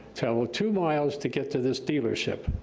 til two miles to get to this dealership.